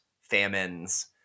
famines